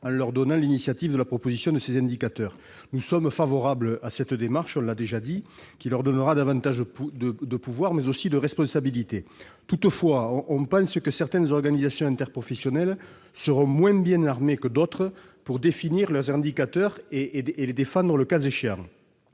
en leur laissant l'initiative de la proposition de ces indicateurs. Nous sommes favorables à cette démarche, nous l'avons déjà dit, qui leur donnera davantage de pouvoirs, mais aussi de responsabilités. Toutefois, nous pensons que certaines organisations interprofessionnelles seront moins bien armées que d'autres pour définir leurs indicateurs et les défendre, le cas échéant.